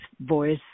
voice